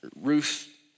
Ruth